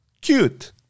cute